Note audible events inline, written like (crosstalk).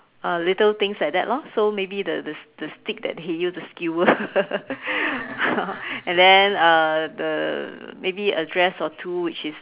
uh little things like that lor so maybe the this this stick that he use to skewer (noise) and then uh the maybe a dress or two which is